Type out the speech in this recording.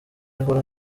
ahora